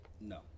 No